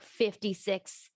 56